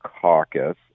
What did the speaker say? caucus